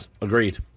agreed